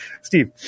Steve